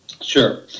Sure